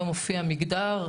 היום מופיע מגדר,